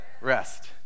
Rest